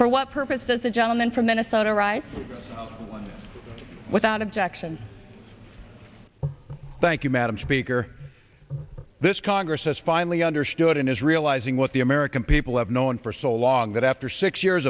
for what purpose does the gentleman from minnesota writes without objection thank you madam speaker this congress has finally understood it is realizing what the american people have known for so long that after six years